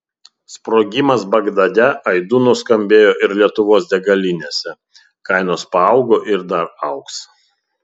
sprogimas bagdade aidu nuskambėjo ir lietuvos degalinėse kainos paaugo ir dar augs